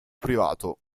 privato